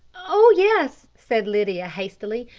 oh, yes, said lydia hastily,